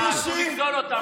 אסור לגזול אותה,